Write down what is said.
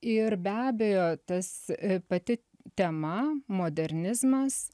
ir be abejo tas pati tema modernizmas